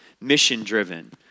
mission-driven